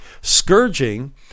Scourging